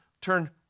turn